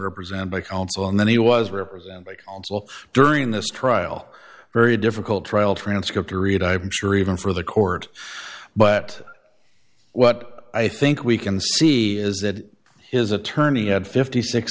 represented by counsel and then he was representing during this trial very difficult trial transcript to read i'm sure even for the court but what i think we can see is that his attorney had fifty six